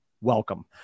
Welcome